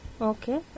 Okay